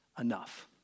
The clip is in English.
enough